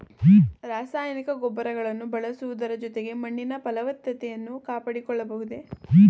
ರಾಸಾಯನಿಕ ಗೊಬ್ಬರಗಳನ್ನು ಬಳಸುವುದರ ಜೊತೆಗೆ ಮಣ್ಣಿನ ಫಲವತ್ತತೆಯನ್ನು ಕಾಪಾಡಿಕೊಳ್ಳಬಹುದೇ?